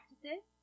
practices